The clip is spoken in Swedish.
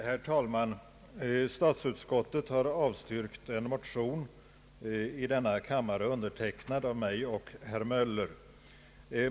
Herr talman! Statsutskottet har avstyrkt en motion i denna kammare, undertecknad av mig och herr Möller.